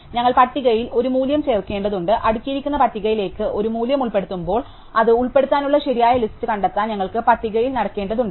ഞങ്ങൾ പട്ടികയിൽ ഒരു മൂല്യം ചേർക്കേണ്ടതുണ്ട് അടുക്കിയിരിക്കുന്ന പട്ടികയിലേക്ക് ഒരു മൂല്യം ഉൾപ്പെടുത്തുമ്പോൾ അത് ഉൾപ്പെടുത്താനുള്ള ശരിയായ ലിസ്റ്റ് കണ്ടെത്താൻ ഞങ്ങൾ പട്ടികയിൽ നടക്കേണ്ടതുണ്ട്